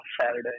Saturday